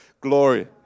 glory